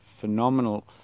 phenomenal